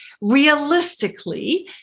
realistically